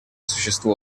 существу